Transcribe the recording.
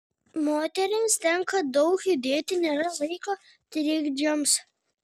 moterims tenka daug judėti nėra laiko trikdžiams